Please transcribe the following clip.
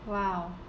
!wow!